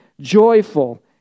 joyful